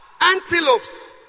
antelopes